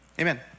Amen